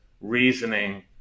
reasoning